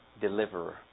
deliverer